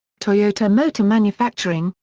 toyota motor manufacturing,